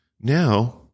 Now